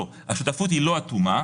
השותפות היא לא אטומה.